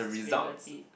reality